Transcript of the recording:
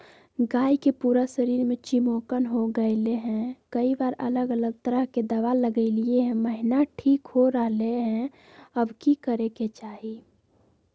गाय के पूरा शरीर में चिमोकन हो गेलै है, कई बार अलग अलग तरह के दवा ल्गैलिए है महिना ठीक हो रहले है, अब की करे के चाही?